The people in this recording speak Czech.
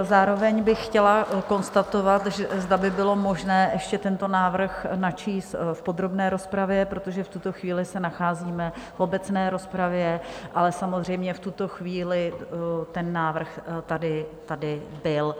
Zároveň bych chtěla konstatovat, zda by bylo možné ještě tento návrh načíst v podrobné rozpravě, protože v tuto chvíli se nacházíme v obecné rozpravě, ale samozřejmě v tuto chvíli ten návrh tady byl.